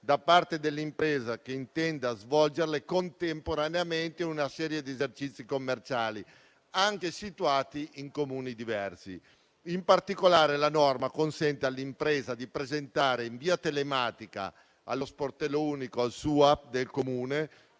da parte dell'impresa che intenda svolgerle contemporaneamente in una serie di esercizi commerciali, anche situati in Comuni diversi. In particolare, la norma consente all'impresa di presentare in via telematica allo sportello unico attività produttive